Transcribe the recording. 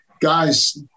guys